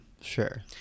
sure